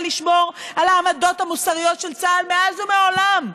לשמור על העמדות המוסריות של צה"ל מאז ומעולם.